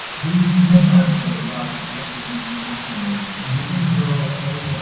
he yeah flies a bit as well because he lectures internationally, and he brings a roll of tape but